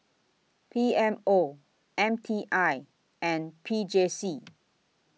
P M O M T I and P J C